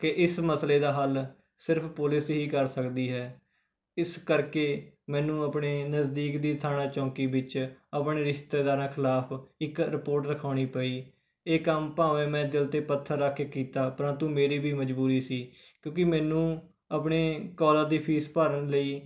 ਕਿ ਇਸ ਮਸਲੇ ਦਾ ਹੱਲ ਸਿਰਫ ਪੁਲਿਸ ਹੀ ਕਰ ਸਕਦੀ ਹੈ ਇਸ ਕਰਕੇ ਮੈਨੂੰ ਆਪਣੇ ਨਜ਼ਦੀਕ ਦੀ ਥਾਣਾ ਚੌਕੀ ਵਿੱਚ ਆਪਣੇ ਰਿਸ਼ਤੇਦਾਰਾਂ ਖਿਲਾਫ ਇੱਕ ਰਿਪੋਰਟ ਲਿਖਾਉਣੀ ਪਈ ਇਹ ਕੰਮ ਭਾਵੇਂ ਮੈਂ ਦਿਲ 'ਤੇ ਪੱਥਰ ਰੱਖ ਕੇ ਕੀਤਾ ਪਰੰਤੂ ਮੇਰੀ ਵੀ ਮਜ਼ਬੂਰੀ ਸੀ ਕਿਉਂਕਿ ਮੈਨੂੰ ਆਪਣੇ ਕਾਲਜ ਦੀ ਫੀਸ ਭਰਨ ਲਈ